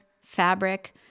fabric